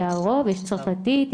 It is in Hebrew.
ויש דובר רוסית,